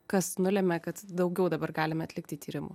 kas nulėmė kad daugiau dabar galime atlikti tyrimų